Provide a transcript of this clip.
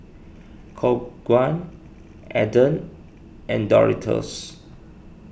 Khong Guan Aden and Doritos